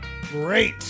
Great